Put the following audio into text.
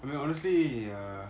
I mean honestly err